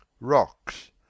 Rocks